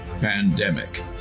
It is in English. pandemic